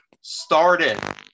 started